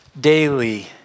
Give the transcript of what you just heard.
daily